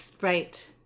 right